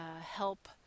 help